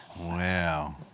Wow